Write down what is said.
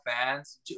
fans